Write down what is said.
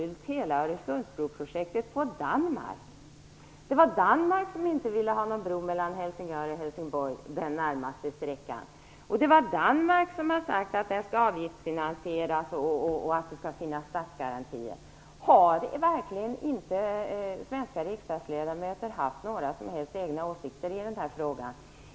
Det är otroligt. Det var Danmark som inte ville ha någon bro mellan Det var Danmark som har sagt att bron skall avgiftsfinansieras och att det skall finnas statsgarantier. Har verkligen inte svenska riksdagsledamöter haft några som helst egna åsikter i denna fråga?